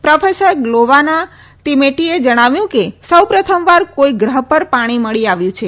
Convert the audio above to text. professor ગ્લોવાના તિમેટીએ જણાવ્યું કે સૌપ્રથમવાર કોઈ ગ્રહ પર પાણી મલી આવ્યું છે